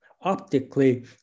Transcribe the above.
optically